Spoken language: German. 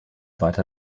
weiter